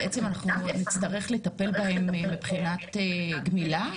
אנחנו בעצם נצטרך לטפל בהם מבחינת גמילה?